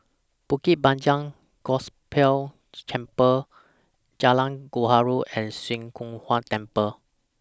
Bukit Panjang Gospel Chapel Jalan Gaharu and Swee Kow Kuan Temple